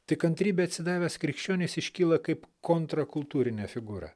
tik kantrybei atsidavęs krikščionis iškyla kaip kontrakultūrinė figūra